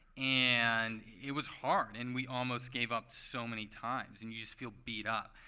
and it was hard. and we almost gave up so many times. and you just feel beat up.